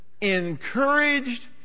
encouraged